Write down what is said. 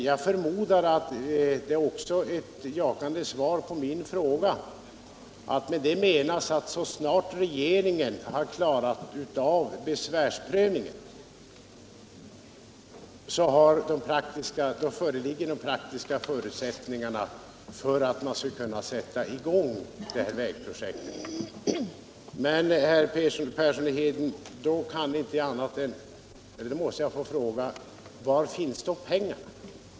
Jag förmodar att det också är ett jakande svar på min fråga och att man menar att så snart regeringen har klarat av besvärsprövningen föreligger de praktiska förutsättningarna för att man skall kunna sätta i gång det här vägprojektet. Men, herr Persson i Heden, jag måste få fråga: Var finns då pengarna?